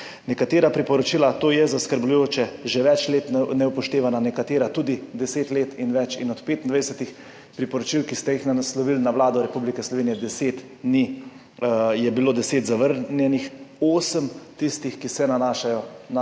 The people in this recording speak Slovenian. Nekatera priporočila, to je zaskrbljujoče, že več let neupoštevana, nekatera tudi 10 let in več, in od 25 priporočil, ki ste jih naslovili na Vlado Republike Slovenije, je bilo 10 zavrnjenih, osem tistih, ki se nanašajo na